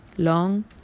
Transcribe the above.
Long